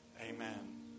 Amen